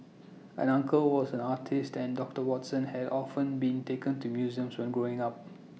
an uncle was an artist and doctor Watson had often been taken to museums when growing up